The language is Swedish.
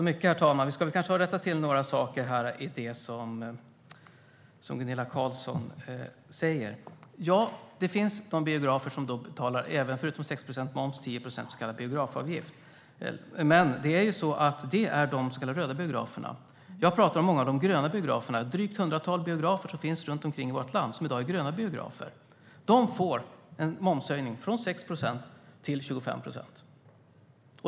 Herr talman! Jag ska kanske rätta till några saker i det som Gunilla Carlsson säger. Ja, det finns biografer som förutom 6 procents moms betalar 10 procent i så kallad biografavgift. Det är de så kallade röda biograferna. Men jag pratar om många av de gröna biograferna, ett drygt hundratal biografer som finns runt omkring i vårt land. De får en momshöjning från 6 procent till 25 procent.